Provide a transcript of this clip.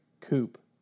Coupe